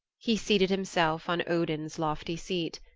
he seated himself on odin's lofty seat.